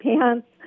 pants